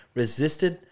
resisted